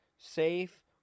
Safe